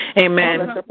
Amen